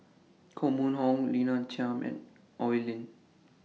Koh Mun Hong Lina Chiam and Oi Lin